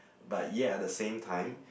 but yet at the same time